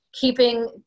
keeping